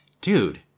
dude